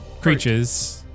creatures